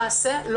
למעשה,